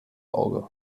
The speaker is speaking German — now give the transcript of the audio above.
auge